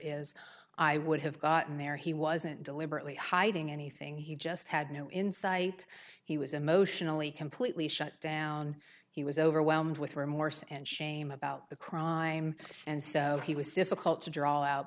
is i would have gotten there he wasn't deliberately hiding anything he just had no insight he was emotionally completely shut down he was overwhelmed with remorse and shame about the crime and so he was difficult to draw out